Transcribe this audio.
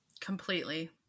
Completely